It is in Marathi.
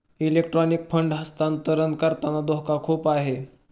इलेक्ट्रॉनिक फंड हस्तांतरण करताना धोका खूप आहे